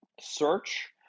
search